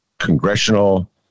congressional